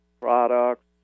products